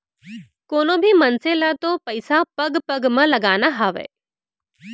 कोनों भी मनसे ल तो पइसा पग पग म लगाना हावय